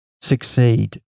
succeed